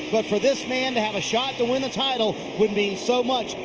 but for this man to have a shot to win the title would mean so much,